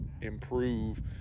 improve